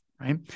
right